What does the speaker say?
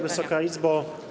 Wysoka Izbo!